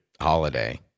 holiday